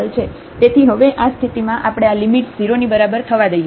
તેથી હવે આ સ્થિતિમાં આપણે આ લિમિટ 0 ની બરાબર થવા દઈએ